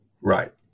Right